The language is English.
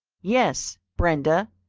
yes, brenda,